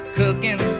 cooking